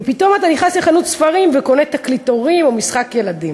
ופתאום אתה נכנס לחנות ספרים וקונה תקליטורים או משחק ילדים.